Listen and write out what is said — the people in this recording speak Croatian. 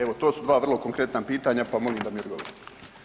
Evo to su dva vrlo konkretna pitanja pa molim da mi odgovorite.